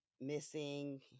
missing